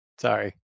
Sorry